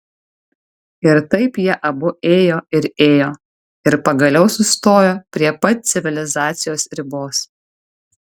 ir taip jie abu ėjo ir ėjo ir pagaliau sustojo prie pat civilizacijos ribos